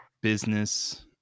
business